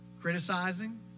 Criticizing